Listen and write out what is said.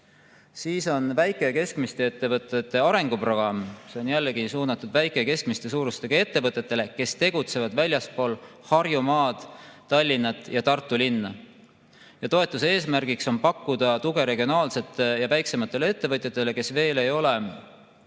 Siis on väike- ja keskmiste ettevõtete arenguprogramm. See on jällegi suunatud väikestele ja keskmise suurusega ettevõtetele, kes tegutsevad väljaspool Harjumaad, Tallinna ja Tartu linna. Toetuse eesmärk on pakkuda tuge regionaalsetele ja väiksematele ettevõtetele, kes veel ei ole